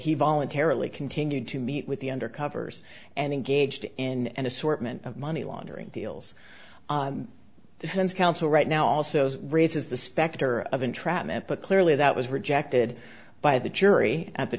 he voluntarily continued to meet with the undercovers and engaged in an assortment of money laundering deals counsel right now also raises the specter of entrapment but clearly that was rejected by the jury at the